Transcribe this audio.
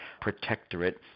protectorate